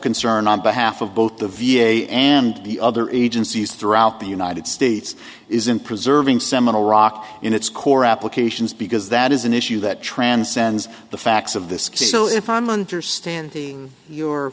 concern on behalf of both the v a and the other agencies throughout the united states is in preserving seminal rock in its core applications because that is an issue that transcends the facts of this case so if i'm understanding your